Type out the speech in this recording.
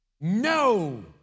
No